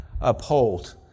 uphold